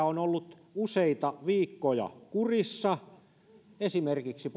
on ollut useita viikkoja kurissa esimerkiksi